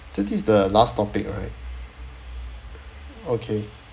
that is the last topic right okay